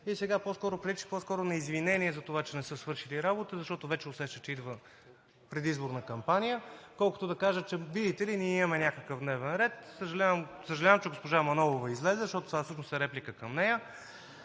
И сега по-скоро прилича на извинение за това, че не са свършили работа, защото вече усещат, че идва предизборна кампания, колкото да кажат – видите ли, ние имаме някакъв дневен ред. Съжалявам, че госпожа Манолова излезе, защото това всъщност е реплика към нея,